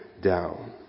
down